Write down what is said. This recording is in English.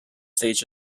stage